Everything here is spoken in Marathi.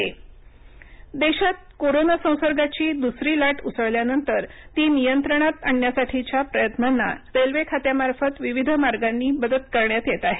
रेल्वे ऑक्सिजन पुरवठा देशात कोरोना संसर्गाची दुसरी लाट उसळल्यानंतर ती नियंत्रणात आणण्यासाठीच्या प्रयत्नांना रेल्वे खात्यामार्फत विविध मार्गांनी मदत करण्यात येत आहे